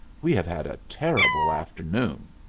we have had a terrible afternoon.